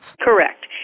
Correct